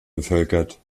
bevölkert